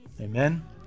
Amen